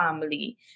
family